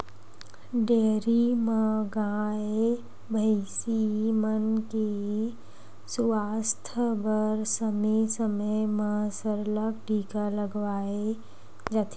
dairy म गाय, भइसी मन के सुवास्थ बर समे समे म सरलग टीका लगवाए जाथे